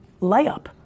layup